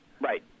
Right